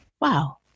wow